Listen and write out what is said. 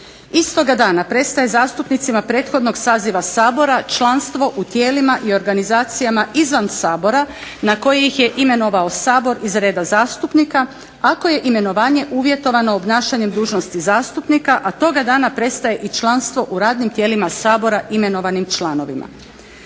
Istoga dana prestaje zastupnicima prethodnog saziva sabora članstvo u tijelima i organizacijama izvan Sabora na koje ih je imenovao Sabor iz reda zastupnika ako je imenovanje uvjetovano obnašanjem dužnosti zastupnika, a toga dana prestaje i članstvo u radnim tijelima Saborima imenovanim članovima.